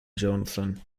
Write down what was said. johnson